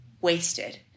wasted